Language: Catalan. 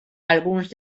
alguns